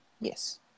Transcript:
Yes